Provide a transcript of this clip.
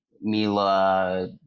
Mila